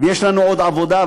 ויש לנו עוד עבודה,